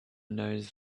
knows